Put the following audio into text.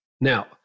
Now